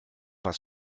was